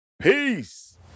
Peace